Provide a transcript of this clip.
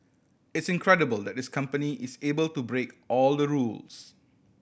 it's incredible that this company is able to break all the rules